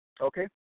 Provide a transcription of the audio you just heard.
Okay